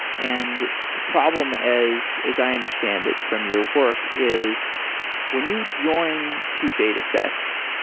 and the problem, as as i understand it from your work, is when you join two datasets,